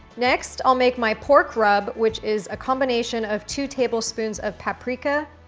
next i'll make my pork rub, which is a combination of two tablespoons of paprika,